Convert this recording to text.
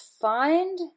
find